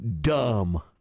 dumb